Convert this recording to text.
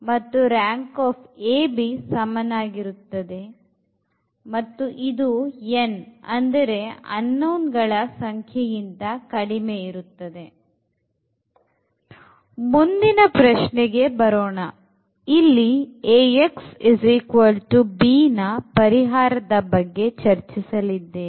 ಮತ್ತು ಸಮನಾಗಿರುತ್ತದೆ ಇದು n ಅಂದರೆ unknownಗಳ ಸಂಖ್ಯೆಗಿಂತ ಕಡಿಮೆ ಇರುತ್ತದೆ ಮುಂದಿನ ಪ್ರಶ್ನೆಗೆ ಬರೋಣ ಇಲ್ಲಿ Ax bನ ಪರಿಹಾರದ ಬಗ್ಗೆ ಚರ್ಚಿಸಲಿದ್ದೇವೆ